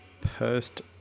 post